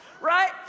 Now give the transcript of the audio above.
right